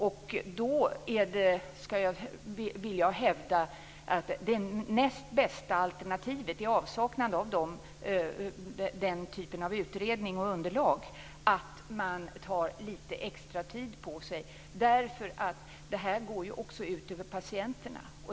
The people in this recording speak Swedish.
I avsaknad av den typen av utredning och underlag vill jag hävda att det näst bästa alternativet är att man tar lite extra tid på sig, därför att det här också går ut över patienterna.